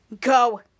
go